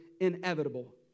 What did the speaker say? inevitable